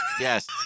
Yes